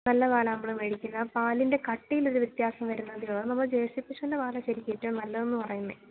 നല്ല പാലാണ് നമ്മള് മേടിക്കുന്നത് ആ പാലിൻ്റെ കട്ടിയിലൊരു വ്യത്യാസം വരുന്നുത് അത് നമ്മുടെ ജേഴ്സി പശുവിൻ്റെ പാലാണ് ഏറ്റവും നല്ലതെന്നു പറയുന്നത്